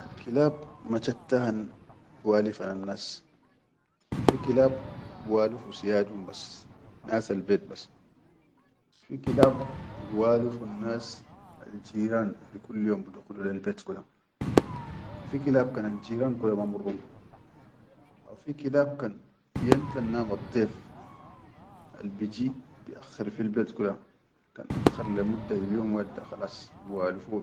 Alkilab ma chatta biwalifunnas, fi kilab biwalifu siyaduhum bas, nasal bait bas, fi kilab biwalifunnas aljiran alkulluyom bidukhulu lel bait kula, fi kilab kan al jiraan kula ma mmurrum behum, haw fi kilaab kan yamtannadum addaif al biji biakkhir fil bet kula kan akkhar le mudda fil yom wahit da khalas.